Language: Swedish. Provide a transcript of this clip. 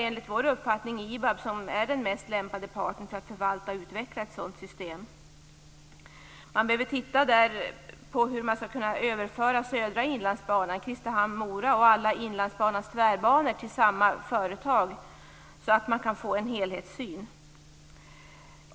Enligt vår uppfattning är IBAB den mest lämpade parten att förvalta och utveckla ett sådant system. Man behöver titta närmare på hur södra Inlandsbanan, Kristinehamn-Mora, och alla Inlandsbanans tvärbanor skall kunna överföras till samma företag, så att man kan få en helhetssyn.